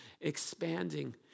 expanding